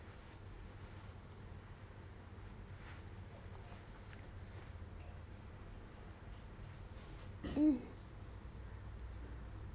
mm